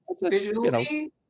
visually